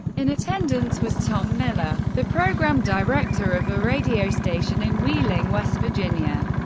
in attendance was tom miller, the program director of a radio station in wheeling, west virginia.